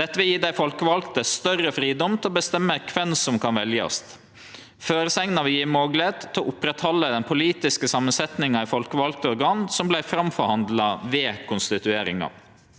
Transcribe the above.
Dette vil gje dei folkevalde større fridom til å bestemme kven som kan veljast. Føresegna vil gje moglegheit til å oppretthalde den politiske samansetninga i folkevalde organ som vart framforhandla ved konstitueringa.